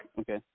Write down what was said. Okay